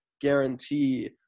guarantee